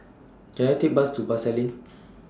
Can I Take Bus to Pasar Lane